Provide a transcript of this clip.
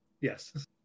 Yes